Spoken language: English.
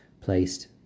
placed